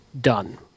done